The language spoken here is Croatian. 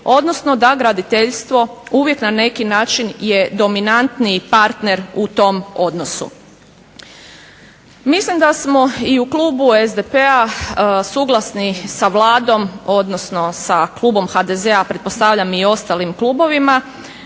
odnosno da graditeljstvo uvijek na neki način je dominantniji partner u tom odnosu. Mislim da smo i u Klubu SDP-a suglasni sa Vladom, odnosno sa Klubom HDZ-a, pretpostavljam i ostalim klubovima,